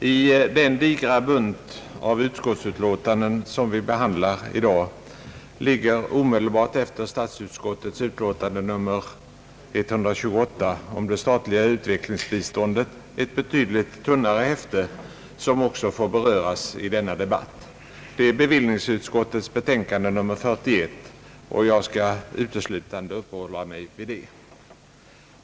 I den digra bunt av utskottsutlåtanden som vi behandlar i dag ligger omedelbart efter statsutskottets utlåtande nr 128 om det statliga utvecklingsbiståndet ett betydligt tunnare häfte, som också får beröras i denna debatt. Det är bevillningsutskottets betänkande nr 41, och jag skall uteslutande uppehålla mig vid det.